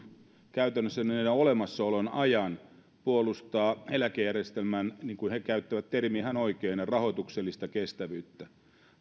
käytännössä niiden olemassaolon ajan puolustaa eläkejärjestelmän niin kuin he käyttävät termiä ihan oikein rahoituksellista kestävyyttä